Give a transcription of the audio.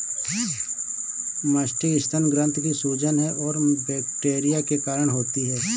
mastitis स्तन ग्रंथि की सूजन है और बैक्टीरिया के कारण होती है